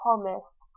promised